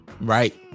Right